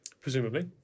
Presumably